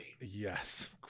Yes